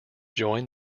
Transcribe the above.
join